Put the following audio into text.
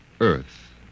Earth